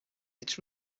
its